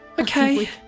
Okay